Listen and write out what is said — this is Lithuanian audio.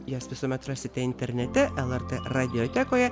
jas visuomet rasite internete lrt radiotekoje